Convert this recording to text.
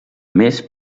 més